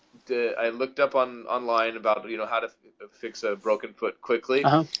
i looked up on online about but you know how to fix ah a broken foot quickly huh